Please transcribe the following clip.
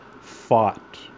fought